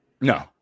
No